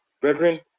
Brethren